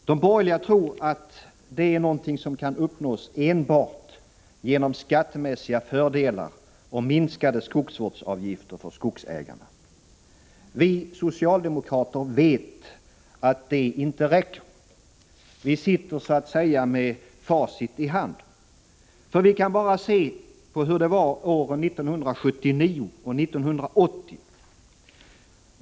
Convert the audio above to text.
De borgerliga tror att detta kan uppnås enbart genom skattemässiga fördelar och minskade skogsvårdsavgifter för skogsägarna. Vi socialdemokrater vet att detta inte räcker. Vi sitter så att säga med facit i hand. Vi kan bara se på hur det var åren 1979 och 1980.